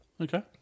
Okay